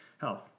health